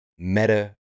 meta